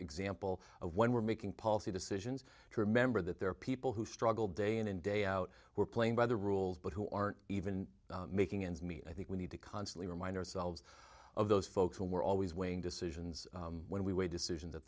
example of when we're making policy decisions to remember that there are people who struggle day in and day out we're playing by the rules but who aren't even making ends meet i think we need to constantly remind ourselves of those folks who were always weighing decisions when we were a decision that